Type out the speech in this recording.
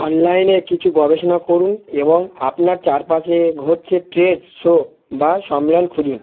অনলাইনে কিছু গবেষণা করুন এবং আপনার চারপাশে ঘটছে ট্রেড শো বা সম্মেলন খুঁজুন